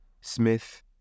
Smith